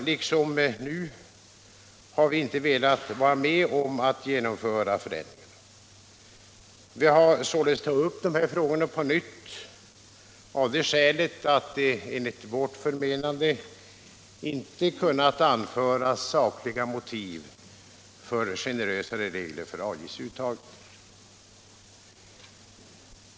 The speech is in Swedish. Vi har inte velat vara med om att genomföra de förändringarna. Nu har vi tagit upp frågorna på nytt, av det skälet att det enligt vårt förmenande inte kunnat anföras sakliga motiv för generösare regler för avgiftsuttag.